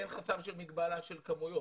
אין חסם של מגבלה של כמויות?